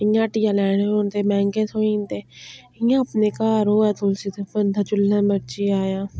इ'यां हट्टिया लैने होन ते मैंह्गे थ्होई जंदे इ'यां अपने घर होऐ तुलसी ते बंदा जोल्लै मर्जी आया